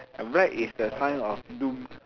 black is the sign of doom